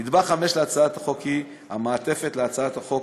נדבך חמישי להצעת החוק הוא המעטפת להצעת החוק